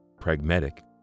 pragmatic